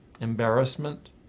embarrassment